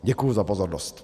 Děkuji za pozornost.